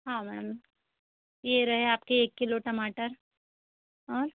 हाँ मैम ये रहे आप के एक किलो टमाटर और